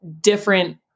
different